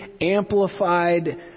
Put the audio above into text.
amplified